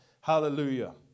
Hallelujah